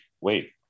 wait